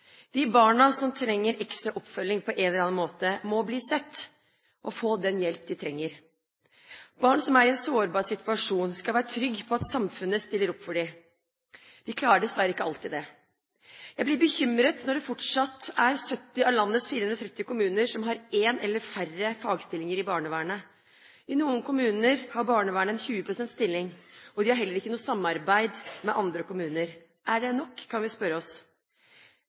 De barna som trenger ekstra oppfølging på en eller annen måte, må bli sett og få den hjelpen de trenger. Barn som er i en sårbar situasjon, skal være trygge på at samfunnet stiller opp for dem. Vi klarer dessverre ikke alltid det. Jeg blir bekymret når det fortsatt er 70 av landets 430 kommuner som har én eller færre fagstillinger i barnevernet. I noen kommuner har barnevernet en 20-prosentstilling, og de har heller ikke noe samarbeid med andre kommuner. Er det nok, kan vi spørre oss.